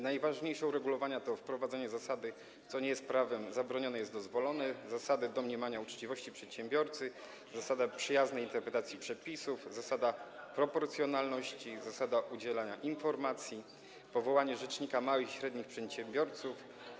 Najważniejsze uregulowania to wprowadzenie zasady „co nie jest prawem zabronione, jest dozwolone”, zasady domniemania uczciwości przedsiębiorcy, zasady przyjaznej interpretacji przepisów, zasady proporcjonalności, zasady udzielania informacji, powołanie rzecznika małych i średnich przedsiębiorców.